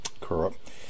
correct